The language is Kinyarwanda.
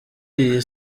iyi